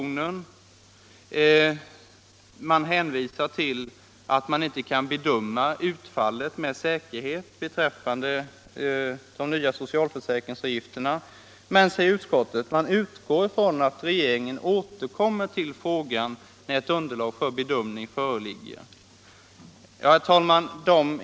Utskottet har hänvisat till att man inte med säkerhet kan bedöma utfallet av de nya socialförsäkringsavgifterna. Men utskottet ”utgår från att regeringen återkommer till frågan när ett underlag för en bedömning föreligger”. Herr talman!